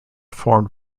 formed